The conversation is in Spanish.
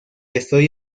estoy